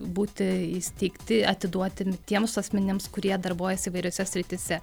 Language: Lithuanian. būti įsteigti atiduoti tiems asmenims kurie darbuojasi įvairiose srityse